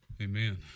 Amen